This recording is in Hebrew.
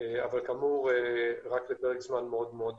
אבל כאמור, לפרק זמן מאוד מאוד מוגבל.